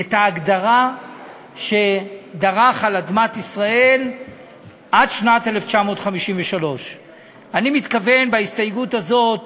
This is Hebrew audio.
את ההגדרה "שדרך על אדמת ישראל עד שנת 1953". אני מתכוון בהסתייגות הזאת